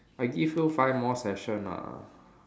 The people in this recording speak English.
I give you five more session lah